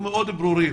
מאוד ברור.